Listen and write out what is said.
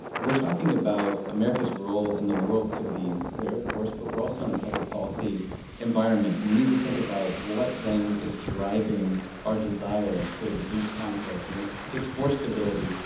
we're talking about america's role in the world, to be clear of course, but we're also in a public policy environment, and we need to think about what then is driving our desire to reduce conflict, and it's it's for stability.